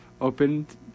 opened